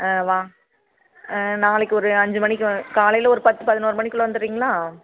ஆ வா நாளைக்கு ஒரு அஞ்சு மணிக்கு காலையில் ஒரு பத்து பதினோரு மணிக்குள்ளே வந்துடுறீங்களா